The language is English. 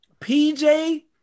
PJ